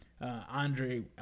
Andre